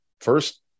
first